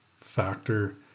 factor